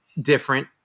different